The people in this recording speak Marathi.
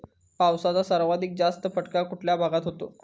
पावसाचा सर्वाधिक जास्त फटका कुठल्या भागात होतो?